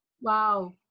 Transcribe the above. wow